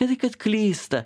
ne tai kad klysta